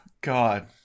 God